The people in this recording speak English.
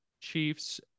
chiefs